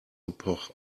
epoch